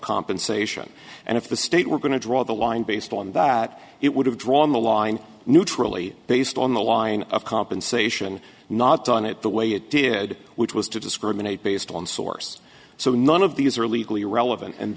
compensation and if the state were going to draw the line based on that it would have drawn the line neutrally based on the line of compensation not done it the way it did which was to discriminate based on source so none of these are legally relevant and